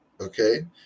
Okay